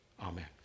Amen